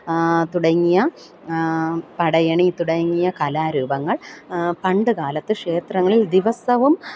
തുടങ്ങിയ പടയണി തുടങ്ങിയ കലാരൂപങ്ങൾ പണ്ട് കാലത്ത് ക്ഷേത്രങ്ങളിൽ ദിവസവും